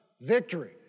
victory